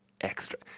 Extra